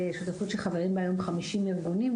שותפות שחברים בהם 50 ארגונים,